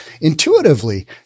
Intuitively